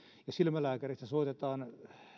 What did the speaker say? ja silmälääkäristä soitetaan